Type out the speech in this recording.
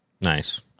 Nice